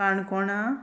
काणकोणा